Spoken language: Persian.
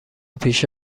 پیش